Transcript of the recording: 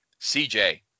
CJ